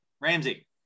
Ramsey